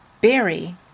berry